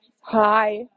Hi